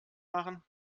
machen